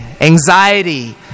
anxiety